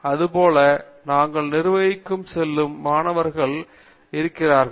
அதுபோல நாங்கள் நிர்வாகத்திற்குப் செல்லும் மாணவர்களையும் கொண்டிருக்கிறோம்